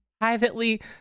Privately